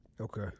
Okay